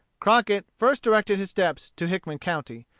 crockett first directed his steps to hickman county,